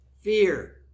fear